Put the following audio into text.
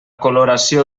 coloració